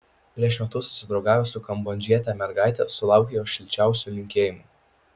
prieš metus susidraugavęs su kambodžiete mergaite sulaukė jos šilčiausių linkėjimų